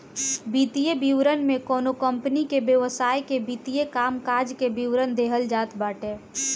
वित्तीय विवरण में कवनो कंपनी के व्यवसाय के वित्तीय कामकाज के विवरण देहल जात बाटे